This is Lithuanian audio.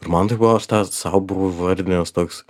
ir man taip buvo aš tą sau buvo įvardinęs toks